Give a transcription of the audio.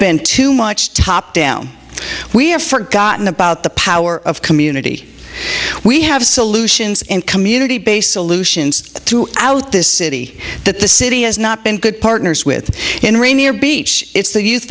been too much top down we have forgotten about the power of community we have solutions and community based solutions to out this city that the city has not been good partners with in rainier beach it's the youth